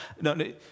No